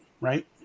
right